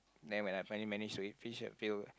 then when I finally managed to eat fish I feel